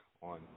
on